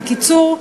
בקיצור,